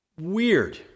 weird